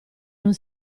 non